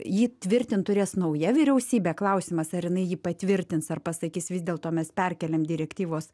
jį tvirtin turės nauja vyriausybė klausimas ar jinai jį patvirtins ar pasakys vis dėlto mes perkeliam direktyvos